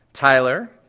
Tyler